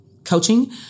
Coaching